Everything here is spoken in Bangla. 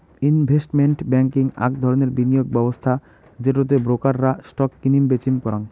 ইনভেস্টমেন্ট ব্যাংকিং আক ধরণের বিনিয়োগ ব্যবস্থা যেটো তে ব্রোকার রা স্টক কিনিম বেচিম করাং